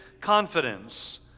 confidence